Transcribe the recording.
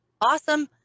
awesome